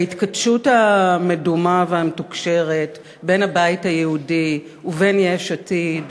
ההתכתשות המדומה והמתוקשרת בין הבית היהודי ובין יש עתיד,